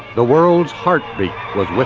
the world's heartbeat was with